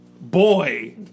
boy